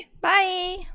Bye